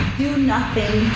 do-nothing